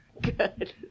Good